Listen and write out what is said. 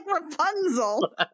Rapunzel